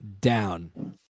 down